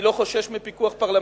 אני לא חושש מפיקוח פרלמנטרי.